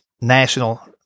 national